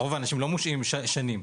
רוב האנשים לא מושעים במשך שנים,